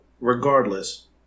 regardless